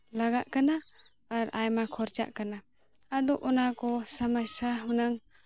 ᱞᱟᱜᱟᱜ ᱠᱟᱱᱟ ᱟᱨ ᱟᱭᱢᱟ ᱠᱷᱚᱨᱪᱟᱜ ᱠᱟᱱᱟ ᱟᱫᱚ ᱚᱱᱟ ᱠᱚ ᱥᱚᱢᱚᱥᱥᱟ ᱦᱩᱱᱟᱹᱝ